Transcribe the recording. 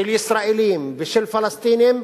של ישראלים, ושל פלסטינים,